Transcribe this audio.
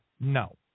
No